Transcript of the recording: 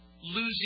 Losing